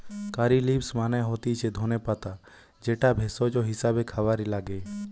কারী leaves মানে হতিছে ধনে পাতা যেটা ভেষজ হিসেবে খাবারে লাগে